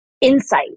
insight